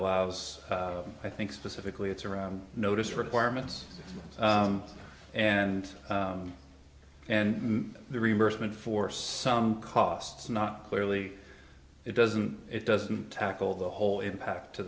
allows i think specifically it's around notice requirements and and the reimbursement for some costs not clearly it doesn't it doesn't tackle the whole impact to